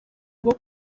rwo